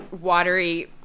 watery